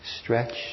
stretch